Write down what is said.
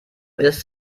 ist